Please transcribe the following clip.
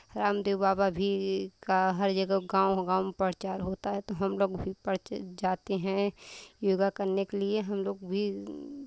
रामदेव बाबा भी का हर जगह गांव गांव में प्रचार होता है तो हम लोग भी पर्चे जाते हैं योगा करने के लिए हम लोग भी